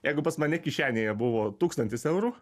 jeigu pas mane kišenėje buvo tūkstantis eurų